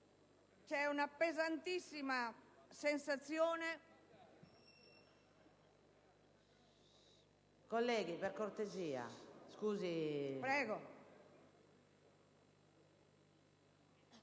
una pesantissima sensazione.